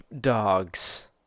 dogs